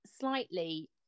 slightly